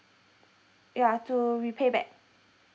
ya to repay back